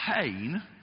pain